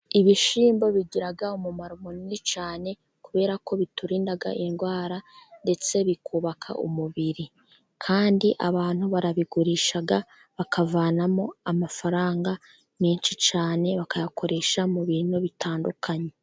Ibishyimbo bigira umumaro munini cyane kubera ko biturinda indwara ndetse bikubaka umubiri, kandi abantu barabigurisha bakavanamo amafaranga menshi cyane bakayakoresha mu bintu bitandukanye.